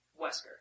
Wesker